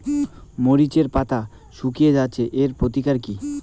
মরিচের পাতা শুকিয়ে যাচ্ছে এর প্রতিকার কি?